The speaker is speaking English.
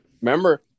remember